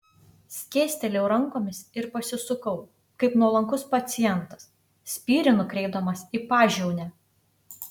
skėstelėjau rankomis ir pasisukau kaip nuolankus pacientas spyrį nukreipdamas į pažiaunę